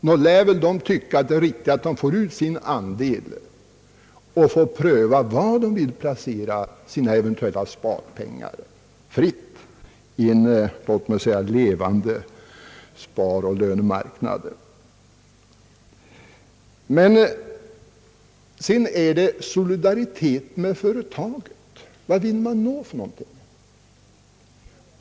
Nog lär väl de tycka att det är riktigt att de får ut sin andel och fritt får pröva var de vill placera sina eventuella sparpengar i en låt oss säga levande sparoch lönemarknad. Här talas om solidariteten med företaget. Vad är det man vill uppnå?